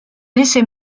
essaye